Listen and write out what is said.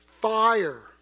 Fire